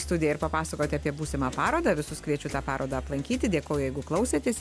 studiją ir papasakoti apie būsimą parodą visus kviečiu tą parodą aplankyti dėkoju jeigu klausėtės